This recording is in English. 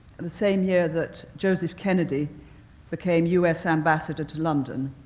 and the same year that joseph kennedy became us ambassador to london.